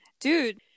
Dude